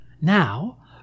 Now